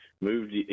moved